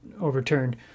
overturned